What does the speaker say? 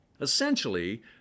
Essentially